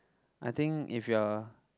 I think if you are